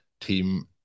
team